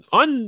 on